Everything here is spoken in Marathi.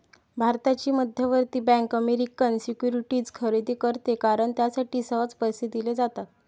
भारताची मध्यवर्ती बँक अमेरिकन सिक्युरिटीज खरेदी करते कारण त्यासाठी सहज पैसे दिले जातात